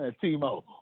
T-Mobile